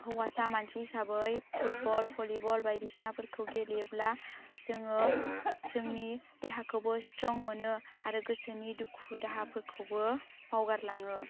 हौवासा मानसि हिसाबै फुटबल भलिबल बायदिसिनाफोरखौ गेलेयोब्ला जोङो जोंनि देहाखौबो सिथ्रं मोनो आरो गोसोनि दुखु दाहाफोरखौबो बावगारलाङो